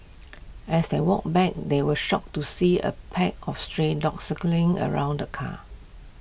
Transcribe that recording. as they walked back they were shocked to see A pack of stray dogs circling around the car